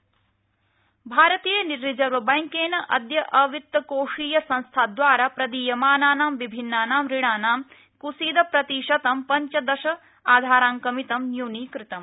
RBI भारतीयरिजर्वबेंकेन अद्य अवित्तकोषीयसंस्थाद्वारा प्रदीयमानानां भिन्नानां ऋणानां कुसीदप्रतिशतं पंचदश आधारांकमितं न्यूनीकृतम्